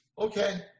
Okay